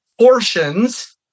portions